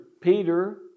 Peter